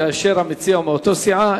כאשר המציע הוא מאותה סיעה,